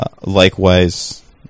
likewise